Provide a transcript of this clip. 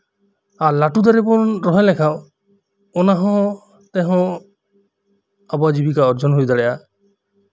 ᱟᱨ ᱞᱟᱹᱴᱩ ᱫᱟᱨᱮ ᱵᱚᱱ ᱨᱚᱦᱚᱭ ᱞᱮᱠᱷᱟᱱ ᱚᱱᱟ ᱛᱮᱦᱚᱸ ᱟᱵᱚᱣᱟᱜ ᱡᱤᱵᱤᱠᱟ ᱚᱨᱡᱚᱱ ᱦᱩᱭ ᱫᱟᱲᱮᱭᱟᱜᱼᱟ